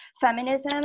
feminism